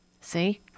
See